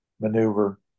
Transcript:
maneuver